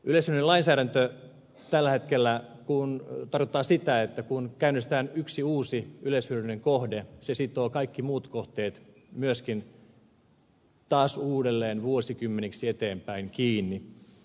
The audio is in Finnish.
yleishyödyllinen lainsäädäntö tällä hetkellä tarkoittaa sitä että kun käynnistetään yksi uusi yleishyödyllinen kohde se sitoo kaikki muut kohteet myöskin taas uudelleen vuosikymmeniksi eteenpäin kiinni